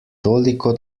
toliko